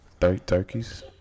Turkeys